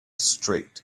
straight